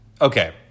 okay